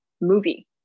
movie